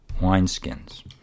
wineskins